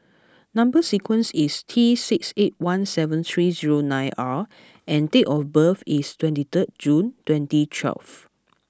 number sequence is T six eight one seven three zero nine R and date of birth is twenty third June twenty twelve